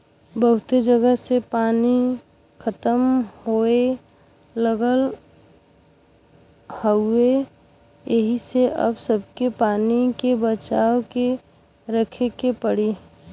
बहुते जगह से पानी खतम होये लगल हउवे एही से अब सबके पानी के बचा के रखे के पड़ी